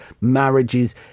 marriages